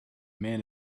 man